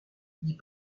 dit